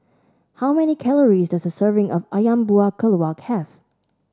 how many calories does a serving of ayam Buah Keluak have